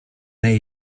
nahi